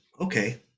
Okay